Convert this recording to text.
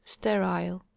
Sterile